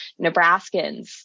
Nebraskans